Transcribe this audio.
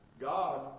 God